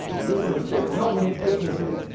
is this a mistake? no, we need eight machines.